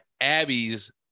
Abby's